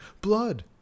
blood